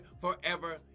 forever